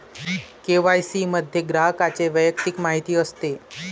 KYC मध्ये ग्राहकाची वैयक्तिक माहिती असते